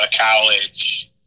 college –